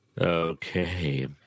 Okay